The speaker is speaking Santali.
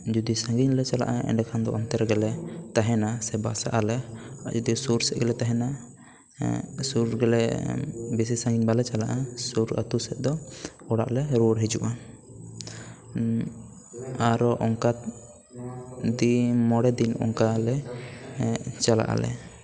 ᱡᱩᱫᱤ ᱥᱟᱺᱜᱤᱧ ᱞᱮ ᱪᱟᱞᱟᱜᱼᱟ ᱮᱸᱰᱮᱠᱷᱟᱱ ᱚᱱᱛᱮ ᱨᱮᱜᱮ ᱞᱮ ᱛᱟᱦᱮᱱᱟ ᱥᱮ ᱵᱟᱥᱟᱜ ᱟᱞᱮ ᱡᱩᱫᱤ ᱥᱩᱨ ᱥᱮᱫ ᱜᱮᱞᱮ ᱛᱟᱦᱮᱱᱟ ᱥᱩᱨ ᱨᱮᱜᱮᱞᱮ ᱵᱮᱥᱤ ᱥᱟᱺᱜᱤᱧ ᱵᱟᱞᱮ ᱪᱟᱞᱟᱜᱼᱟ ᱥᱩᱨ ᱟᱛᱳ ᱥᱮᱫ ᱫᱚ ᱚᱲᱟᱜ ᱞᱮ ᱨᱩᱣᱟᱹᱲ ᱦᱤᱡᱩᱜᱼᱟ ᱟᱨᱚ ᱚᱱᱠᱟ ᱫᱤᱱ ᱢᱚᱬᱮ ᱫᱤᱱ ᱨᱮ ᱚᱱᱠᱟ ᱟᱞᱮ ᱪᱟᱞᱟᱜ ᱟᱞᱮ